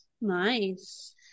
Nice